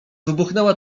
wybuchnęła